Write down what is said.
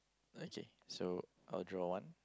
okay so I'll draw one